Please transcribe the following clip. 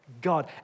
God